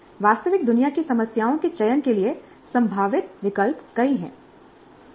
वास्तविक दुनिया की समस्याओं के चयन के लिए संभावित विकल्प कई हैं